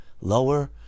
Lower